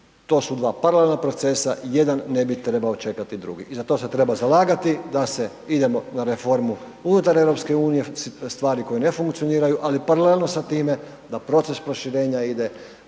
to su dva paralelna procesa, jedan ne bi trebao čekati drugi i za to se treba zalagati da se idemo na reformu unutar EU stvari koje ne funkcioniraju, ali paralelno sa time da proces proširenja ide